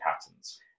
patterns